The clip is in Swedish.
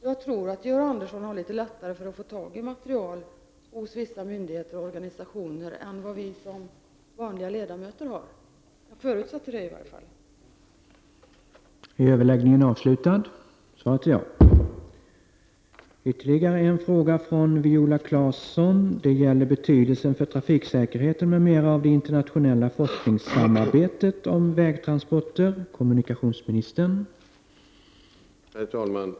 Jag tror att Georg Andersson har litet lättare att få tag på material hos vissa myndigheter och organisationer än vad vi vanliga ledamöter har — åtminstone förutsätter jag det. Herr talman!